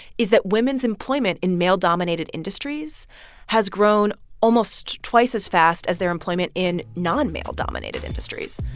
is that women's employment in male-dominated industries has grown almost twice as fast as their employment in non-male-dominated industries.